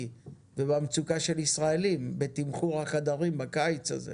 ובמצוקה של ישראלים בעת תמחור החדרים בקיץ הזה?